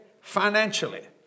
financially